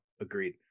agreed